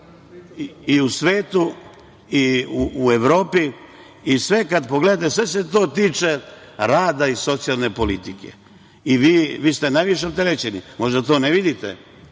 i u svetu i u Evropi i sve kad pogledate sve se to tiče rada i socijalne politike. Vi ste najviše opterećeni, možda to ne vidite,